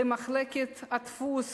למחלקת הדפוס